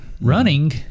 Running